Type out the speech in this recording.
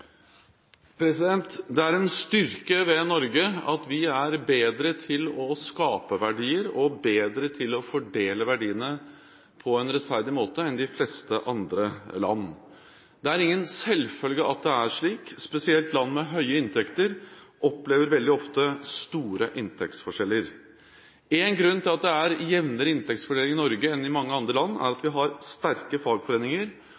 Det er en styrke ved Norge at vi er bedre til å skape verdier og bedre til å fordele verdiene på en rettferdig måte enn de fleste andre land. Det er ingen selvfølge at det er slik. Spesielt land med høye inntekter opplever veldig ofte store inntektsforskjeller. En grunn til at det er jevnere inntektsfordeling i Norge enn i mange andre land, er at vi har sterke fagforeninger